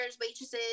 waitresses